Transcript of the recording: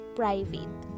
private